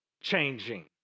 changing